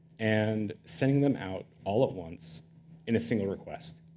and sending them out all at once in a single request.